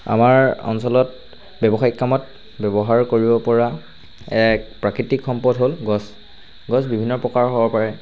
আমাৰ অঞ্চলত ব্যৱসায়ীক কামত ব্যৱহাৰ কৰিব পৰা এক প্ৰাকৃতিক সম্পদ হ'ল গছ গছ বিভিন্ন প্ৰকাৰৰ হ'ব পাৰে